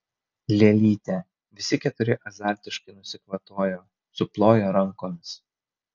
lėlytė visi keturi azartiškai nusikvatojo suplojo rankomis